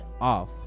off